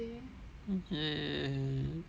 !yay!